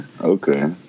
Okay